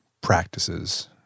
practices